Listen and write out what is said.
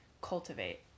cultivate